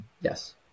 Yes